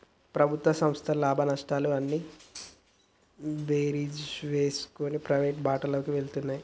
ప్రభుత్వ సంస్థల లాభనష్టాలు అన్నీ బేరీజు వేసుకొని ప్రైవేటు బాటలోకి వెళ్తున్నాయి